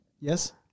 Yes